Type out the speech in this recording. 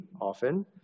often